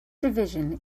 division